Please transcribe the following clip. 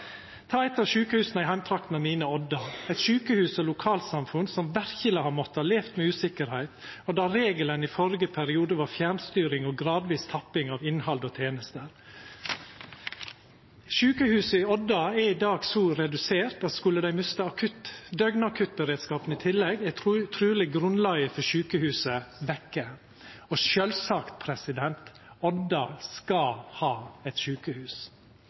Ta eit av sjukehusa i heimtraktene mine, Odda, eit sjukehus og eit lokalsamfunn som verkeleg har måtta leva med usikkerheit, og der regelen i førre periode var fjernstyring og gradvis tapping av innhald og tenester. Sjukehuset i Odda er i dag så redusert at skulle dei mista døgnakuttberedskapen i tillegg, er truleg grunnlaget for sjukehuset vekke. Og sjølvsagt: Odda skal ha eit sjukehus.